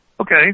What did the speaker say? Okay